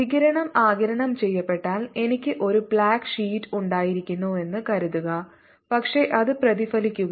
വികിരണം ആഗിരണം ചെയ്യപ്പെട്ടാൽ എനിക്ക് ഒരു ബ്ലാക്ക് ഷീറ്റ് ഉണ്ടായിരുന്നുവെന്ന് കരുതുക പക്ഷേ അത് പ്രതിഫലിക്കുകയാണ്